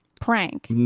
prank